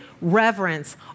reverence